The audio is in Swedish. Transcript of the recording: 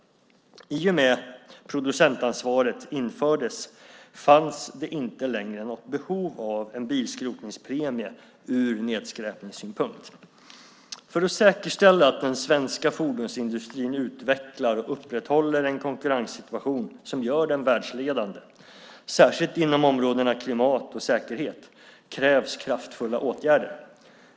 I och med att producentansvaret infördes fanns det inte längre något behov av en bilskrotningspremie ur nedskräpningssynpunkt. För att säkerställa att den svenska fordonsindustrin utvecklar och upprätthåller en konkurrenssituation som gör den världsledande, särskilt inom områdena klimat och säkerhet, krävs kraftfulla åtgärder.